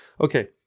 Okay